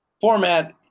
format